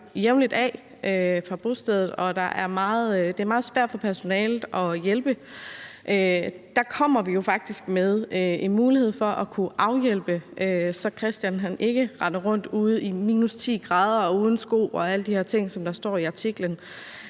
stikker jævnligt af fra bostedet, og det er meget svært for personalet at hjælpe. Der kommer vi jo faktisk med en mulighed for at kunne hjælpe, så Christian ikke render rundt ude i 10 grader uden sko og alle de her ting, som der står i artiklen.